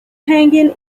hanging